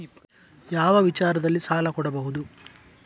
ಯಾವ ವಿಚಾರದಲ್ಲಿ ಸಾಲ ಕೊಡಬಹುದು?